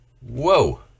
Whoa